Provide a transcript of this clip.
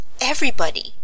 everybody